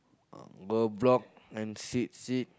uh go block and sit sit